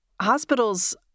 hospitals